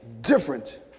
different